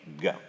Go